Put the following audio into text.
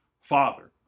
Father